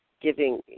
giving